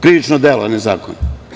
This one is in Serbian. Krivično delo, ne zakon.